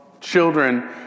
children